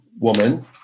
woman